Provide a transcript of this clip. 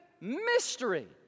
mystery